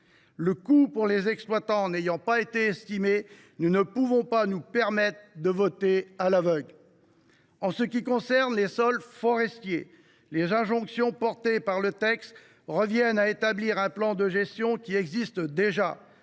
Le coût pour les exploitants n’ayant pas été estimé, nous ne pouvons nous permettre de voter cette mesure à l’aveugle. En ce qui concerne les sols forestiers, les injonctions portées par le texte reviennent à établir un plan de gestion qui existe déjà.